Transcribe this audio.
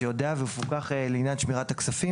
שיודע ומפוקח לעניין שמירת הכספים.